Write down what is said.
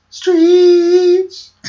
Streets